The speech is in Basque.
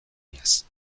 iaz